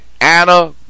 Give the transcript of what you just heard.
Anna